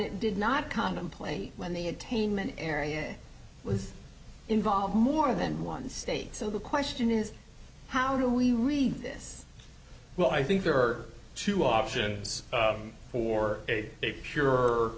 it did not contemplate when the attainment area was involved more than one state so the question is how do we read this well i think there are two options for a pure